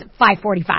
5:45